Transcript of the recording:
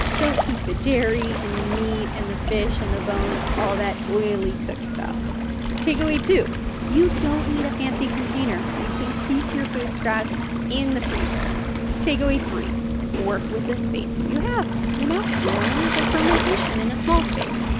don't keep the dairy and the meat and the fish and the bones, all that oily cooked stuff takeaway two you don't need a fancy container. you can keep your food scraps in the freezer takeaway three work with the space you have. you know, worms or fermentation in a small space,